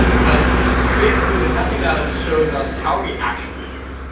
but basically, the testing data shows us, how are we actually doing?